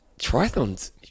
triathlons